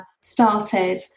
started